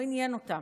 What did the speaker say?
לא עניין אותם,